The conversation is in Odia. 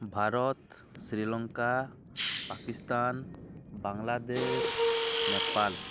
ଭାରତ ଶ୍ରୀଲଙ୍କା ପାକିସ୍ତାନ ବାଂଲାଦେଶ ନେପାଳ